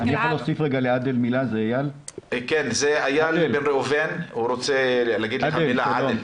איל בן ראובן רוצה להגיד לך מילה.